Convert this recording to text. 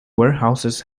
warehouses